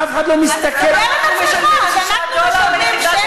אף אחד לא מסתכל, אנחנו משלמים 6